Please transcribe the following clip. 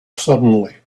suddenly